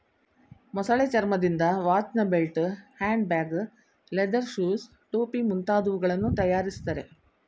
ಮೊಸಳೆ ಚರ್ಮದಿಂದ ವಾಚ್ನ belt, hand bag, leather shoes, ಟೋಪಿ ಮುಂತಾದವುಗಳನ್ನು ತರಯಾರಿಸ್ತರೆ